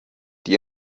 die